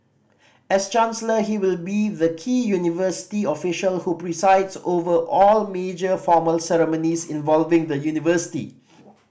as chancellor he will be the key university official who presides over all major formal ceremonies involving the university